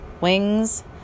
wings